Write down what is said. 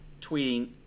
tweeting